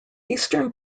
eastern